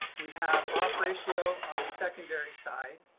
we have off ratio on the secondary side,